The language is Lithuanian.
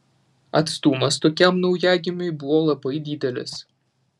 atstumas tokiam naujagimiui buvo labai didelis